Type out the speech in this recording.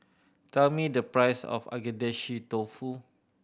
tell me the price of Agedashi Dofu